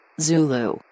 Zulu